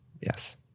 Yes